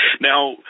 Now